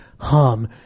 hum